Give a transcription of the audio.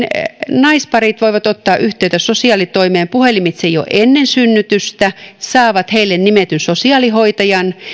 naisparit voivat ottaa yhteyttä sosiaalitoimeen puhelimitse jo ennen synnytystä he saavat heille nimetyn sosiaalihoitajan